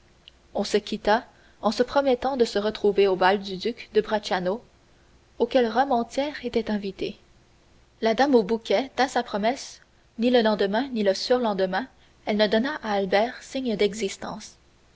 on se quitta en se promettant de se retrouver au bal du duc de bracciano auquel rome entière était invitée la dame au bouquet tint sa promesse ni le lendemain ni le surlendemain elle ne donna à albert signe d'existence